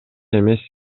эмес